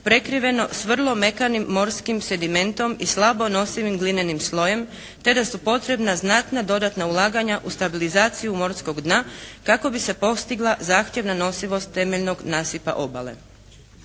prekriveno sa vrlo mekanim morskim sedimentom i slabo nosivim glinenim slojem, te da su potrebna znatna dodatna ulaganja u stabilizaciju morskog dna kako bi se postigla zahtjevna nosivost temeljnog nasipa obale.